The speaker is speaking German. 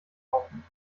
kaufen